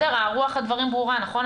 רוח הדברים ברורה, נכון?